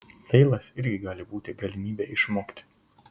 feilas irgi gali būti galimybė išmokti